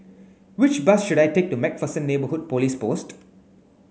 which bus should I take to MacPherson Neighbourhood Police Post